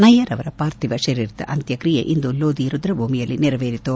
ನಯ್ಲರ್ ಅವರ ಪಾರ್ಥಿವ ಶರೀರದ ಅಂತ್ಯಕ್ರಿಯೆ ಇಂದು ಲೋದಿ ರುದ್ರಭೂಮಿಯಲ್ಲಿ ನೆರವೇರಿತು